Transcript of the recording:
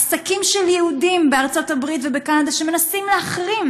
עסקים של יהודים בארצות-הברית ובקנדה שמנסים להחרים,